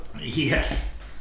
Yes